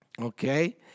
okay